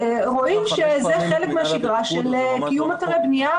רואים שזה חלק מן השגרה של קיום אתרי בנייה,